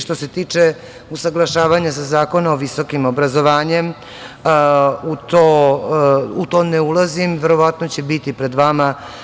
Što se tiče usaglašavanja sa Zakonom o visokim obrazovanjem, u to ne ulazim, verovatno će biti pred vama.